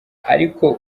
ariko